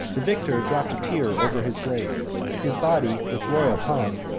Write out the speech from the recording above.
the victor dropped a tear over his grave his body, with royal pomp,